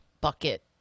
bucket